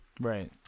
right